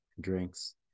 drinks